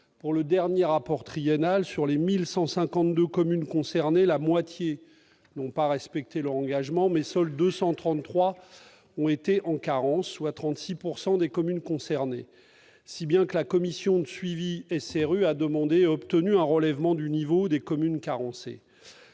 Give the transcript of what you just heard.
du dernier rapport triennal, sur les 1 152 communes concernées, la moitié n'ont pas respecté leur engagement, mais seules 233 ont été déclarées en situation de carence, soit 36 % des communes concernées, si bien que la commission nationale SRU a demandé et obtenu un relèvement du nombre des communes dont